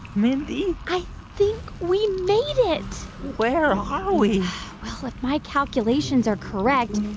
mindy. i think we made it where ah are we? well, if my calculations are correct,